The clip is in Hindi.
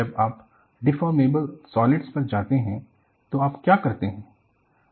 जब आप डिफ़ॉर्मेबल सॉलिड्स पर जाते हैं तो आप क्या करते हैं